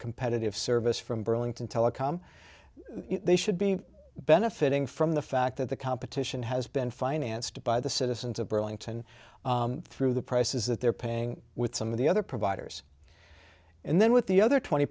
competitive service from burlington telecom they should be benefiting from the fact that the competition has been financed by the citizens of burlington through the prices that they're paying with some of the other providers and then with the other twenty